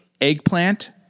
Eggplant